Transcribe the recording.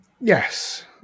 Yes